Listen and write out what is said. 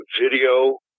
Video